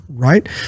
right